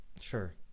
Sure